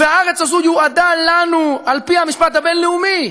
והארץ הזו יועדה לנו על-פי המשפט הבין-לאומי